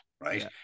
right